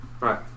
Right